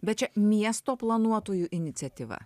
bet čia miesto planuotojų iniciatyva